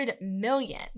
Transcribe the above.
million